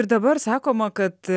ir dabar sakoma kad